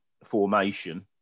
formation